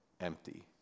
empty